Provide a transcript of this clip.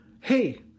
Hey